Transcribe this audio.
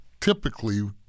typically